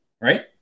right